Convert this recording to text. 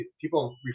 people